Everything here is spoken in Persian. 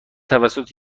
توسط